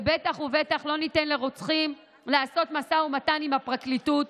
ובטח ובטח לא ניתן לרוצחים לעשות משא ומתן עם הפרקליטות,